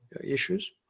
issues